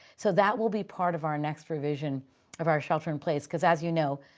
so, that will be part of our next revision of our shelter in place. because as you know,